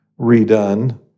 redone